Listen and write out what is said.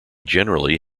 generally